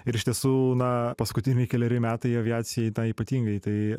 ir iš tiesų na paskutiniai keleri metai aviacijai na ypatingai tai